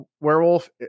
werewolf